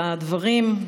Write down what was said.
על הדברים,